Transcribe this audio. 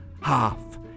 half